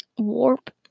Warp